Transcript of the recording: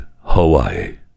Hawaii